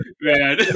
Man